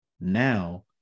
Now